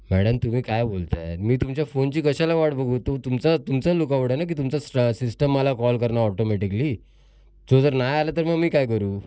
madam तुम्ही काय बोलत आहे मी तुमच्या फोनची कशाला वाट बघू तू तुमचं तुमचं लूकआउट आहे ना की तुमचं सिस्टम मला कॉल करणार ऑटोमॅटिकली तो जर नाही आला तर मग मी काय करू